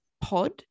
Pod